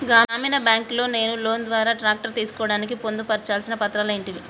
గ్రామీణ బ్యాంక్ లో నేను లోన్ ద్వారా ట్రాక్టర్ తీసుకోవడానికి పొందు పర్చాల్సిన పత్రాలు ఏంటివి?